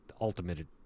ultimate